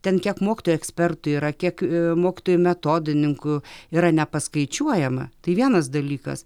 ten kiek mokytojų ekspertų yra kiek mokytojų metodininkų yra nepaskaičiuojama tai vienas dalykas